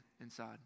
inside